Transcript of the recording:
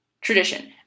tradition